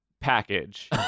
package